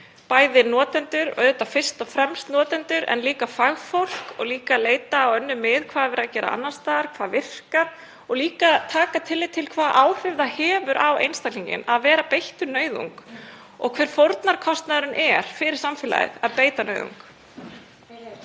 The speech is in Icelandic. við notendur, auðvitað fyrst og fremst notendur en líka fagfólk og einnig þarf að leita á önnur mið. Hvað er verið að gera annars staðar, hvað virkar? Það þarf líka taka tillit til þess hvaða áhrif það hefur á einstaklinginn að vera beittur nauðung og hver fórnarkostnaðurinn er fyrir samfélagið að beita nauðung.